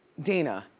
dina,